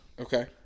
Okay